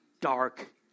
dark